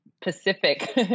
Pacific